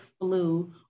flu